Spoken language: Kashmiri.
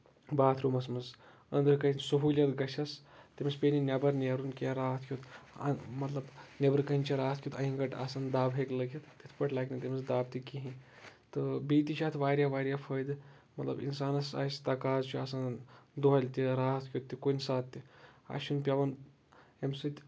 باتھروٗمَس منٛز أنٛدرٕ کٔنۍ سہوٗلیت گژھیس تٔمِس پیٚیہِ نہٕ نٮ۪بر نیرُن کینٛہہ راتھ کیُت مطلب نٮ۪برٕ کٔنۍ چھِ راتھ کیُت اَنہِ گٔٹۍ آسان دَب ہٮ۪کہِ لٔگِتھ تِتھ پٲٹھۍ لگہِ نہٕ تٔمِس دَب تہِ کہینٛۍ تہٕ بیٚیہِ تہِ چھِ اَتھ واریاہ واریاہ فٲیدٕ مطلب اِنسانَس آسہِ تکازٕ چھُ آسان دۄہلہِ تہِ راتھ کُیُت تہِ کُنہِ ساتہٕ تہِ اَسہِ چھُ نہٕ پیوان اَمہِ سۭتۍ